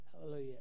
Hallelujah